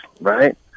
right